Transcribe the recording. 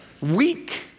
weak